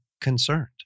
concerned